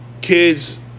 kids